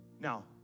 Now